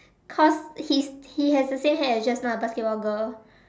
cause he he has the same hair as just now the basketball girl